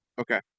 Okay